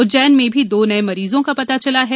उर्ज्जन में भी दो नये मरीजों का पता चला है